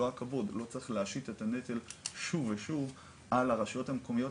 הכבוד לא צריך להשית את הנטל שוב ושוב על הרשויות המקומיות,